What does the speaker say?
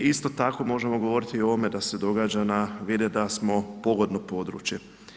I isto tako možemo govoriti i o ovome da se događa na, vide da smo pogodno područje.